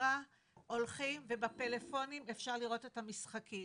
ג'זירה הולכים ובפלאפונים אפשר לראות את המשחקים,